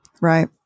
Right